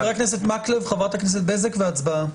חבר הכנסת מקלב וחבר הכנסת בזק והצבעה.